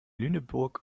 lüneburg